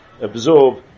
absorb